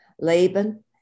Laban